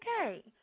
okay